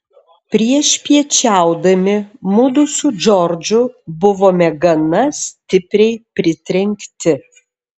priešpiečiaudami mudu su džordžu buvome gana stipriai pritrenkti